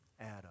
Adam